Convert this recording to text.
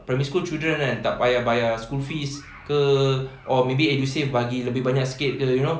primary school children kan tak payah bayar school fees ke or maybe edusave bagi lebih banyak sikit ke you know